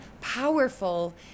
powerful